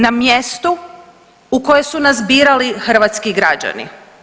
Na mjestu u koje su nas birali hrvatski građani.